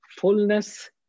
fullness